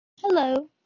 Hello